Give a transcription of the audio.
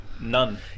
None